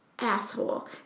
Asshole